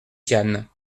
tian